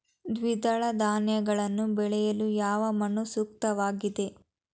ದ್ವಿದಳ ಧಾನ್ಯಗಳನ್ನು ಬೆಳೆಯಲು ಯಾವ ಮಣ್ಣು ಸೂಕ್ತವಾಗಿದೆ?